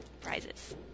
prizes